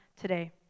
today